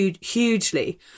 hugely